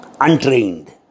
untrained